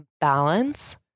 balance